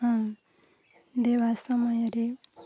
ହଁ ଦେବା ସମୟରେ